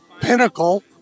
pinnacle